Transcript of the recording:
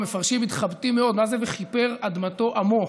המפרשים מתחבטים מאוד: מה זה "וכִפר אדמתו עמו"?